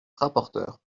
rapporteure